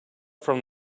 from